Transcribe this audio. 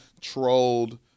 trolled